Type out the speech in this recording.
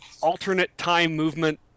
alternate-time-movement